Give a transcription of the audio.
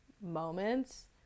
moments